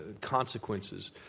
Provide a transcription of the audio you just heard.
consequences